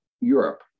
Europe